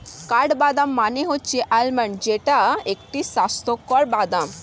কাঠবাদাম মানে হচ্ছে আলমন্ড যেইটা একটি স্বাস্থ্যকর বাদাম